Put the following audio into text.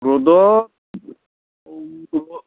ৰ'দত